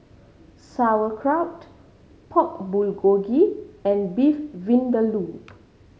Sauerkraut Pork Bulgogi and Beef Vindaloo